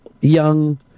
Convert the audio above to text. young